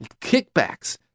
Kickbacks